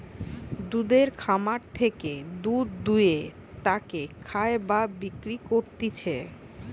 দুধের খামার থেকে দুধ দুয়ে তাকে খায় বা বিক্রি করতিছে